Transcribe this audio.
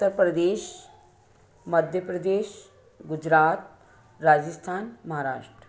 Uttar Pradesh Madhya Pradesh Gujarat Rajasthan Maharashtra